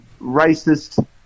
racist